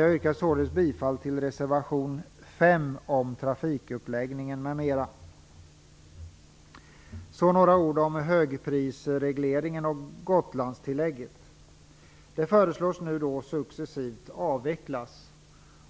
Jag yrkar bifall till reservation 5 om trafikuppläggning m.m. Så några ord om högprisregleringen och Gotlandstillägget. Här föreslås en successiv avveckling.